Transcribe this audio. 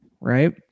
right